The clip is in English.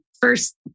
first